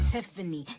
Tiffany